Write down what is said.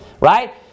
Right